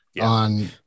on